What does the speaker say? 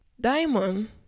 Diamond